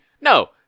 no